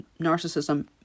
narcissism